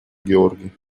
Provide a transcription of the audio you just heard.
георгий